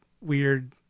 weird